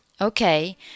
Okay